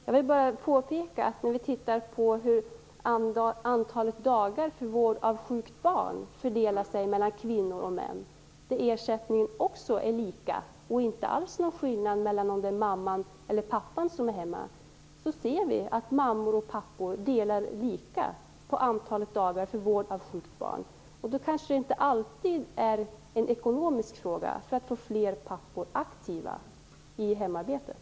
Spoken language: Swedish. Jag vill bara påpeka att när vi tittar på hur antalet dagar för vård av sjukt barn fördelar sig mellan kvinnor och män, där ersättningen också är lika oavsett om det är mamman eller pappan som är hemma, ser vi att mammor och pappor delar lika på antalet dagar. Då kanske det inte alltid är en ekonomisk fråga att få fler pappor aktiva i hemarbetet.